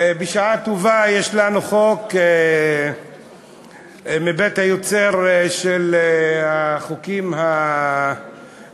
בשעה טובה יש לנו חוק מבית היוצר של החוקים המקוממים.